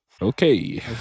Okay